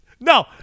No